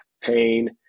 pain